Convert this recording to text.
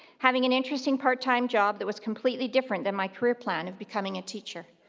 having an interesting part time job that was completely different than my career plan of becoming a teacher.